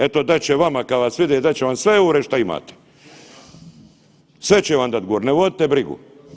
Eto dat će vama kad vas vide dat će vam sve EUR-e šta imate, sve će vam dat gori, ne vodite brigu.